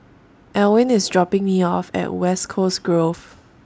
Elwin IS dropping Me off At West Coast Grove